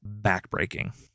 backbreaking